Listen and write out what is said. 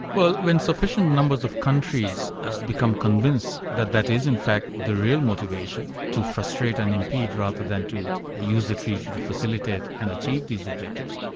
well, when sufficient numbers of countries become convinced that that is in fact the real motivation, to frustrate and impede rather than to use the treaty to facilitate and achieve these objectives,